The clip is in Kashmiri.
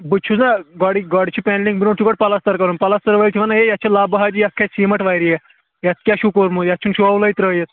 بہٕ چھُس نا گۄڈٕ گۄڈٕ چھِ پیَنٛلِنٛگ برونٛٹھ چھُ گۄڈٕ پَلَسَتر کَرُن پَلستَر وٲلۍ چھِ وَن ہے یَتھ چھِ لبہٕ حَجہِ یَتھ کھَژِ سیٖمَٹ واریاہ یَتھ کیٛاہ چھُو کوٚرمُت یَتھ چھُنہٕ شوُلے ترٛٲیِتھ